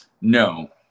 No